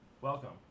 Welcome